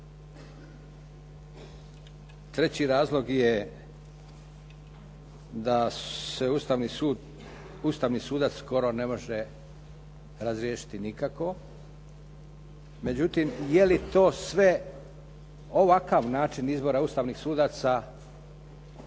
Treći razlog je da se ustavni sudac skoro ne može razriješiti nikako. Međutim je li to sve ovakav način izbora ustavnih sudaca